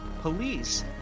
Police